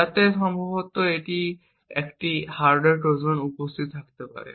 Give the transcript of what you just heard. যা সম্ভবত এতে একটি হার্ডওয়্যার ট্রোজান উপস্থিত থাকতে পারে